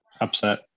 upset